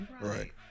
Right